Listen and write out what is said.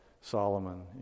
Solomon